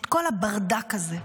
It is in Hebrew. את כל הברדק הזה.